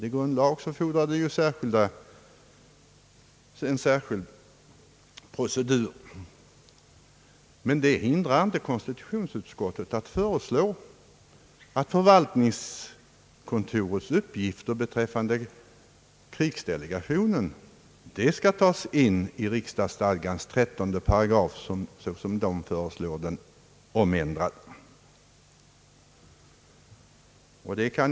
En grundlagsändring fordrar en särskild procedur. Det hindrar dock inte konstitutionsutskottet att föreslå, att förvaltningskontorets uppgifter beträffande krigsdelegationen skall tas in i riksdagsstadgans § 13 såsom föreslås.